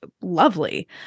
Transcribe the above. lovely